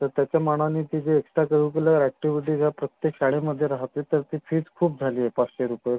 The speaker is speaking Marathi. तर त्याच्या मानाने ती जी एक्स्ट्रा करिक्युलर ॲक्टिव्हिटीज या प्रत्येक शाळेमध्ये राहते तर ती फीज खूप झाली आहे पाचशे रुपये